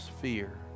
fear